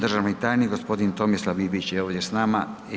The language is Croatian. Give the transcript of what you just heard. Državni tajnik gospodin Tomislav Ivić je ovdje s nama.